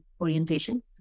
orientation